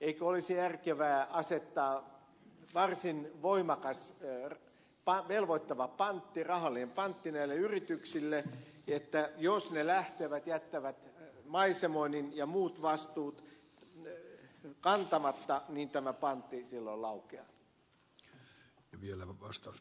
eikö olisi järkevää asettaa varsin voimakas velvoittava pantti rahallinen pantti näille yrityksille että jos ne lähtevät jättävät maisemoinnin ja muut vastuut kantamatta niin tämä pantti silloin laukeaa